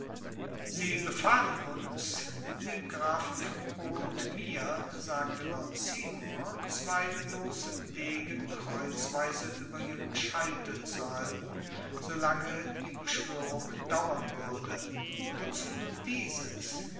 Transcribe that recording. sie befahlen uns dem grafen von o und mir sagte lord seymour zwei bloße degen kreuzweise über ihrem scheitel zu halten so lange die beschwörung dauern würde wozu nun dieses